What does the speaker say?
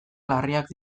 larriak